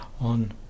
on